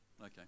Okay